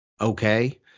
okay